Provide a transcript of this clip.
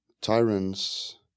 tyrants